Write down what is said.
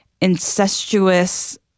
incestuous